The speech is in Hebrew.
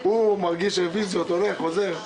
הוא מגיש רוויזיות, הולך, חוזר.